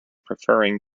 preferring